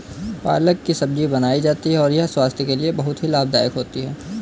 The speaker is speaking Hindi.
पालक की सब्जी बनाई जाती है यह स्वास्थ्य के लिए बहुत ही लाभदायक होती है